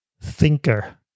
thinker